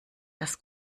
das